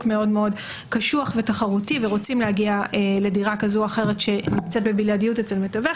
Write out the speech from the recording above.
מאוד קשוח ותחרותי ורוצים להגיע לדירה מסוימת שנמצאת בבלעדיות אצל מתווך.